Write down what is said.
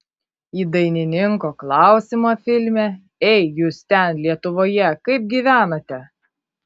į dainininko klausimą filme ei jūs ten lietuvoje kaip gyvenate